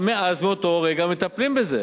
מאותו רגע מטפלים בזה,